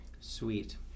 Sweet